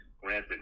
granted